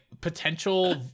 potential